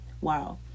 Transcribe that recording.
Wow